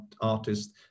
artists